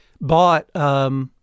bought